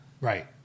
Right